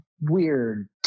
weird